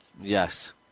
Yes